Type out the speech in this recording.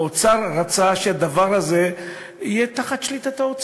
האוצר רצה שהדבר הזה יהיה תחת שליטתו,